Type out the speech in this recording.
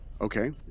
Okay